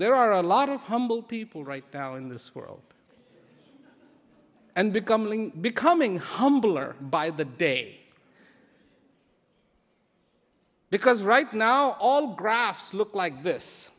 there are a lot of humble people right now in this world and becoming becoming humbler by the day because right now all graphs look like this